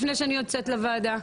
לפני שאני יוצאת לוועדה.